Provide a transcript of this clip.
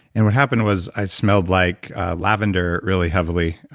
and what happened was i smelled like lavender really heavily